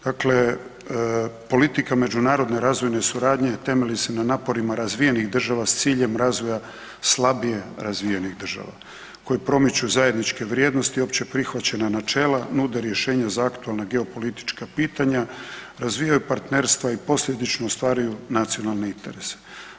Dakle, politika međunarodne razvojne suradnje temelji se na naporima razvijenih država s ciljem razvoja slabije razvijenih država koje promiču zajedničke vrijednosti, opće prihvaćena načela, nude rješenja za aktualna geopolitička pitanja, razvijaju partnerstva i posljedično ostvaruju nacionalne interese.